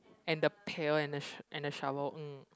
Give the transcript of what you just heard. and the pail and the sh~ and the shovel mm